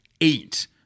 eight